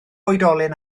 oedolyn